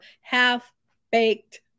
half-baked